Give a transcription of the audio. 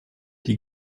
die